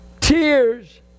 tears